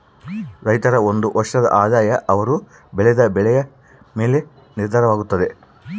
ರೈತರ ಒಂದು ವರ್ಷದ ಆದಾಯ ಅವರು ಬೆಳೆದ ಬೆಳೆಯ ಮೇಲೆನೇ ನಿರ್ಧಾರವಾಗುತ್ತದೆ